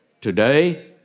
today